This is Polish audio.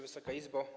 Wysoka Izbo!